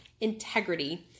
integrity